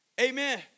Amen